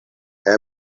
kaj